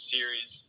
Series